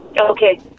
Okay